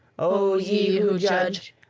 o ye who judge,